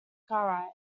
krai